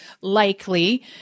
likely